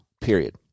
period